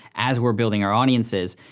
as we're building our audiences.